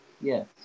Yes